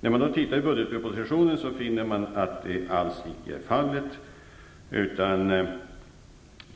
När man då ser i budgetpropositionen finner man att detta alls icke är fallet.